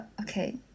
Okay